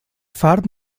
fart